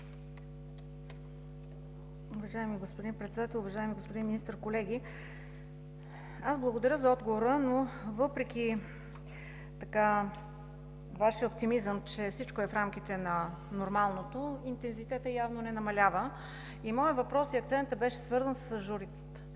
Уважаеми господин Председател, уважаеми господин Министър, колеги! Аз благодаря за отговора, но въпреки Вашия оптимизъм, че всичко е в рамките на нормалното, интензитетът явно не намалява. Моят въпрос и акцентът беше свързан с журитата,